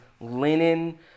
linen